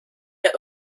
der